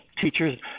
teachers